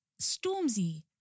Stormzy